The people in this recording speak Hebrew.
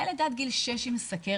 ילד עד גיל שש עם סוכרת,